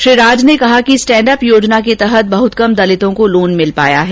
श्री राज ने कहा कि स्टैंडअप योजना के तहत बहुत कम दलितों को लोन मिल पाया है